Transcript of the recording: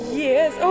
yes